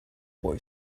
boy